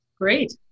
Great